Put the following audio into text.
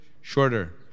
shorter